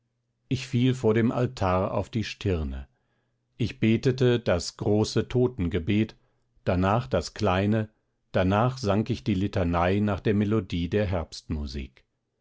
ich fiel vor dem altar auf die stirne ich betete das große totengebet danach das kleine danach sang ich die litanei nach der melodie der